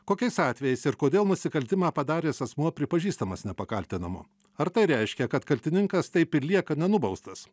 kokiais atvejais ir kodėl nusikaltimą padaręs asmuo pripažįstamas nepakaltinamu ar tai reiškia kad kaltininkas taip ir lieka nenubaustas